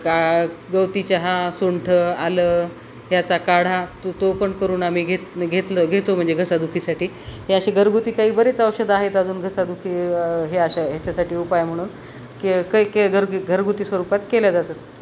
का गवती चहा सुंठ आलं ह्याचा काढा तो तो पण करून आम्ही घेत घेतल घेतो म्हणजे घसादुखीसाठी हे अशी घरगुती काही बरीच औषधं आहेत अजून घसादुखी हे अशा ह्याच्यासाठी उपाय म्हणून की काहीकाही घरग घरगुती स्वरूपात केल्या जातात